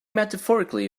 metaphorically